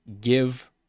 give